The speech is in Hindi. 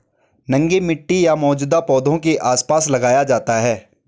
नंगे मिट्टी या मौजूदा पौधों के आसपास लगाया जाता है